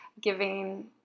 giving